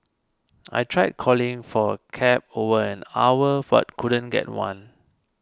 I tried calling for a cab over an hour couldn't get one